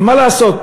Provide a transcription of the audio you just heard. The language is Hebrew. ומה לעשות,